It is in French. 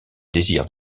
désir